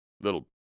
little